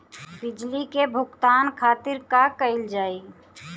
बिजली के भुगतान खातिर का कइल जाइ?